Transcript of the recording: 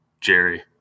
Jerry